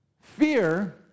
Fear